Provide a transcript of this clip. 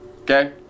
Okay